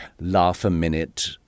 laugh-a-minute